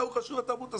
לאחר חשוב התרבות הסינית,